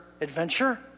adventure